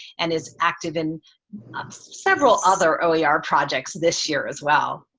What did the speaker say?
and is active in several other oer ah projects this year as well.